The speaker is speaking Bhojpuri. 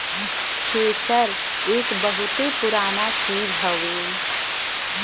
केसर एक बहुते पुराना चीज हउवे